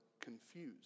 confused